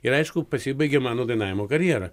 ir aišku pasibaigė mano dainavimo karjera